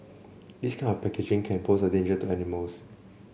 this kind of packaging can pose a danger to animals